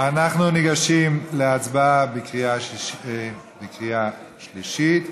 ניגשים להצבעה בקריאה שלישית.